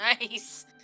Nice